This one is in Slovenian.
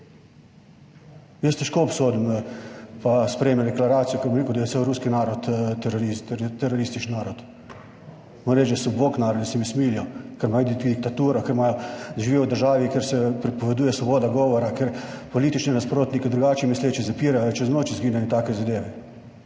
Jaz težko obsodim, pa sprejme deklaracijo, ki bo rekel, da je cel ruski narod teroristični narod. Moram reči, da so bog narodi, da se mi smilijo, ker imajo diktaturo, ker živijo v državi kjer se prepoveduje svoboda govora, kjer politične nasprotniki, drugače misleče zapirajo, čez noč izginjajo in take zadeve,